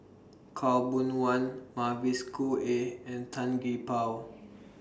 Khaw Boon Wan Mavis Khoo Oei and Tan Gee Paw